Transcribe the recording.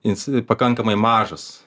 jis pakankamai mažas